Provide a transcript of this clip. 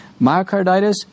Myocarditis